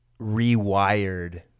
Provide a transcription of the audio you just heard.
rewired